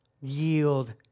yield